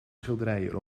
schilderijen